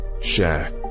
Share